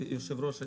היושב-ראש,